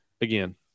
again